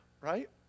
right